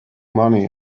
money